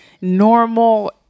normal